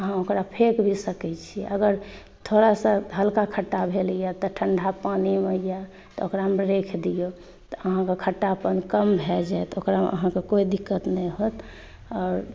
अहाँ ओकरा फेक भी सकै छी अगर थोड़ासा हल्का खट्टा भेल यऽ तऽ ठण्डा पानि मे या तऽ ओकरा मे राखि दियौ तऽ अहाँके खट्टापन कम भए जाएत ओकरामेँ अहाँके कोइ दिक्कत नहि होएत आओर